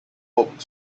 public